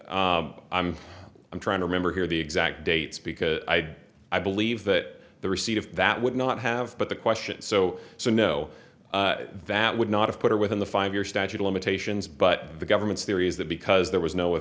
so i'm trying to remember here the exact dates because i i believe that the receipt of that would not have but the question so so no value would not have put away in the five year statute of limitations but the government's theory is that because there was no